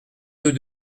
deux